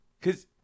cause